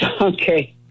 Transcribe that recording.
Okay